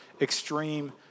extreme